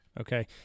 okay